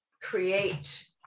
create